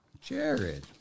Jared